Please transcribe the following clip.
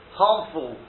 harmful